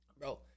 bro